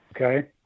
Okay